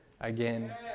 again